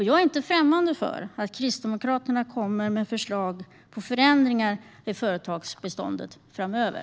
Jag är inte främmande för att Kristdemokraterna kommer med förslag på förändringar i företagsbeståndet framöver.